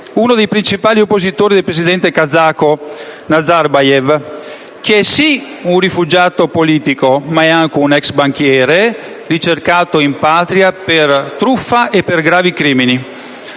uno dei principali oppositori del presidente kazako Nazarbayev, che è sì un rifugiato politico, ma è anche un ex banchiere ricercato in Patria per truffa e per gravi crimini.